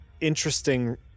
interesting